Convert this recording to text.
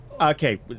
Okay